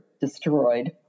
destroyed